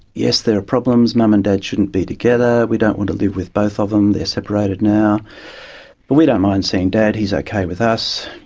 yes, there are problems, mum and dad shouldn't be together, we don't want to live with both of them, they are separated now, but we don't mind seeing dad, he is okay with us,